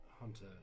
Hunter